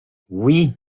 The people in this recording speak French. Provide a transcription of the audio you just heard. oui